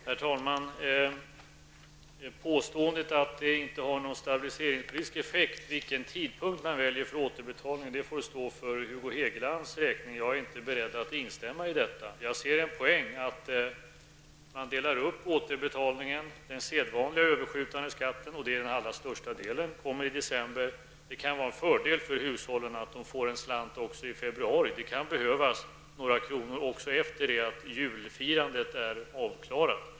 Herr talman! Påståendet att det inte har någon stabiliseringspolitisk effekt vilken tidpunkt man väljer för återbetalning får stå för Hugo Hegelands räkning. Jag är inte beredd att instämma i detta. Jag ser en poäng i att man delar upp återbetalningen. Den sedvanliga överskjutande skatten -- vilket utgör den största delen -- kommer i december. Det kan vara en fördel för hushållen att de även får en slant i februari. Det kan behövas några kronor även efter det att julfirandet är avklarat.